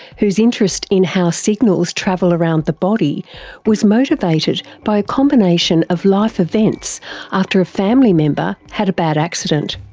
whose interest in how signals travel around the body was motivated by a combination of life events after a family member had a bad accident.